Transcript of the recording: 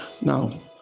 Now